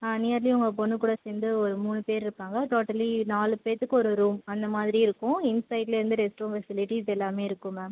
ஆ nearly உங்கள் பொண்ணு கூட சேர்ந்து ஒரு மூணு பேர் இருப்பாங்கள் டோட்டலி நாலுபேத்துக்கு ஒரு ரூம் அந்த மாதிரி இருக்கும் இன்சைட்லேயே வந்து ரெஸ்ட் ரூம் ஃபெசிலிட்டிஸ் எல்லாமே இருக்கும் மேம்